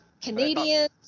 Canadians